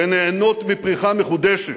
והן נהנות מפריחה מחודשת.